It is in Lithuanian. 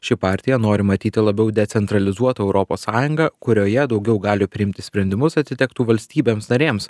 ši partija nori matyti labiau decentralizuotą europos sąjungą kurioje daugiau galių priimti sprendimus atitektų valstybėms narėms